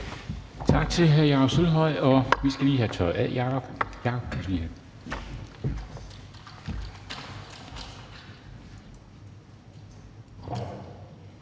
Tak til hr. Jakob Sølvhøj, og vi skal lige have tørret af.